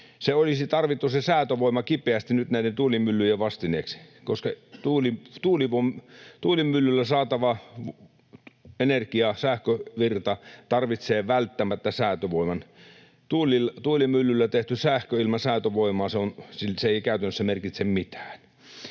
säätövoima olisi tarvittu kipeästi nyt näiden tuulimyllyjen vastineeksi, koska tuulimyllyillä saatava energia, sähkövirta, tarvitsee välttämättä säätövoiman. Tuulimyllyillä tehty sähkö ilman säätövoimaa ei käytännössä merkitse mitään.